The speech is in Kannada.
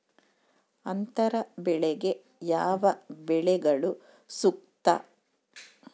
ಅಂತರ ಬೆಳೆಗೆ ಯಾವ ಬೆಳೆಗಳು ಸೂಕ್ತ?